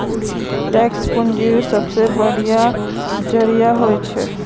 tax पूंजीर सबसे बढ़िया जरिया हछेक